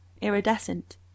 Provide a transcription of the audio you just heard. iridescent